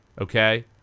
Okay